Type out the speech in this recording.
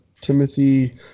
Timothy